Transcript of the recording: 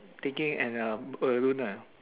taking an a balloon ah